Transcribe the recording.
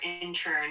intern